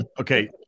Okay